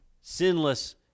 sinless